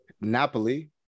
Napoli